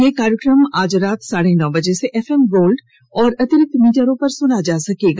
इस कार्यक्रम को आज रात साढ़े नौ बजे से एफ एम गोल्ड और अतिरिक्त मीटरों पर सुना जा सकता है